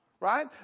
right